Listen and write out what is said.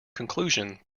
conclusion